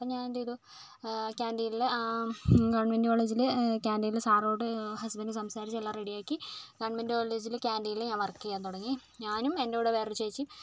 അപ്പം ഞാനെന്ത് ചെയ്തു കാന്റീനിൽ ഗവൺമെന്റ് കോളേജിലെ ക്യാന്റീനിലെ സാറിനോട് ഹസ്ബൻഡ് സംസാരിച്ചു എല്ലാം റെഡി ആക്കി ഗവൺമെന്റ് കോളേജിലെ ക്യാന്റീനിൽ ഞാൻ വർക്ക് ചെയ്യാൻ തുടങ്ങി ഞാനും എൻ്റെ കൂടെ വേറൊരു ചേച്ചിയും